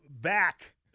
back